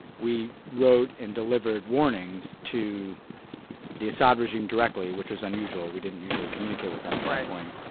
we wrote and delivered warnings to the assad regime directly, which was unusual we didn't usually communicate with them at that point.